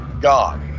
God